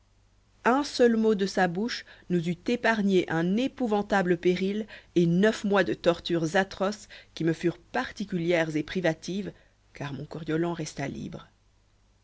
un seul mot tombant de sa bouche nous eut épargné un épouvantable péril et neuf mois de tortures atroces qui me furent particulières et privatives car mon coriolan resta libre